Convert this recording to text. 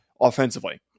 offensively